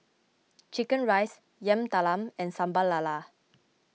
Chicken Rice Yam Talam and Sambal Lala